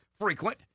frequent